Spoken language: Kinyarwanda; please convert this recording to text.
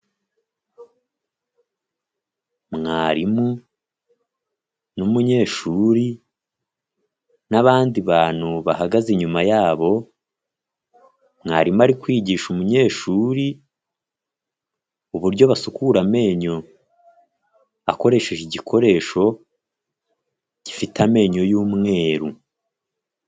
Mwarimu n'umunyeshuri n'abandi bantu bahagaze inyuma yabo, mwarimu ari kwigisha umunyeshuri, uburyo basukura amenyo akoresheje igikoresho gifite amenyo y'umweru.